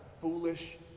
Foolish